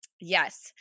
Yes